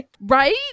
Right